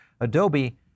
Adobe